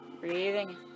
Breathing